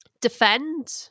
defend